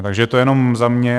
Takže to jen za mě.